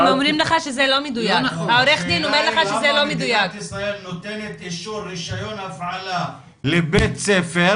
השאלה היא למה מדינת ישראל נותנת אישור רישיון הפעלה לבית ספר,